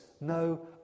no